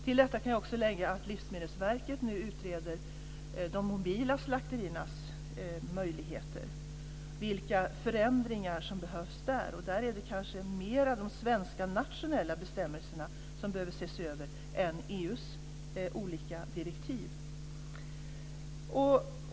Till detta kan jag också lägga att Livsmedelsverket nu utreder de mobila slakteriernas möjligheter och vilka förändringar som behövs. Där är det kanske mer de svenska nationella bestämmelserna som behöver ses över än EU:s olika direktiv.